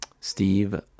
Steve